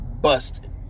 busted